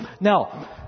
Now